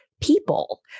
people